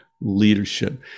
leadership